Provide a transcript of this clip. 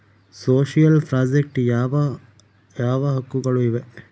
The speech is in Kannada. ಸೋಶಿಯಲ್ ಪ್ರಾಜೆಕ್ಟ್ ಯಾವ ಯಾವ ಹಕ್ಕುಗಳು ಇವೆ?